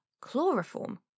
Chloroform